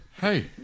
Hey